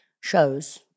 shows